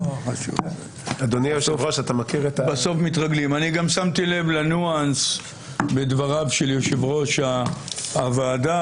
אני גם שמתי לב לניואנס בדבריו של יושב ראש הוועדה